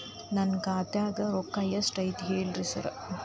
ನನ್ ಖಾತ್ಯಾಗ ರೊಕ್ಕಾ ಎಷ್ಟ್ ಐತಿ ಹೇಳ್ರಿ ಸಾರ್?